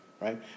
right